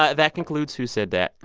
ah that concludes who said that.